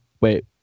Wait